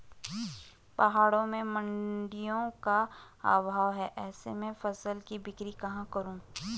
पहाड़ों में मडिंयों का अभाव है ऐसे में फसल की बिक्री कहाँ करूँ?